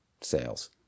sales